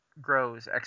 grows